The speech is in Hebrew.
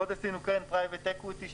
עוד עשינו קרן פרייבט אקוויטי,